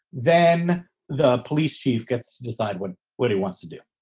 then the police chief gets to decide when where he wants to do.